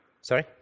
Sorry